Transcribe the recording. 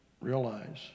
realize